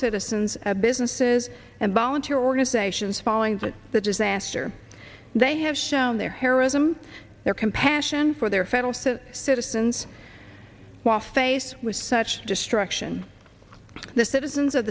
citizens of businesses and volunteer organizations following the disaster they have shown their heroism their compassion for their federal city citizens while faced with such destruction the citizens of